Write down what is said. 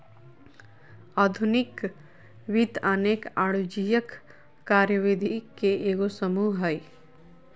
आधुनिक वित्त अनेक वाणिज्यिक कार्यविधि के एगो समूह हइ